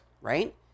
right